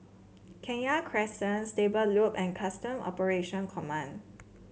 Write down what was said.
Kenya Crescent Stable Loop and Custom Operation Command